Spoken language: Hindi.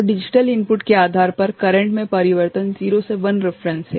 तो डिजिटल इनपुट के आधार पर करेंट में परिवर्तन 0 से I रेफेरेंस है